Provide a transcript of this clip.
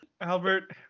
Albert